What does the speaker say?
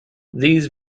these